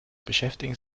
beschäftigen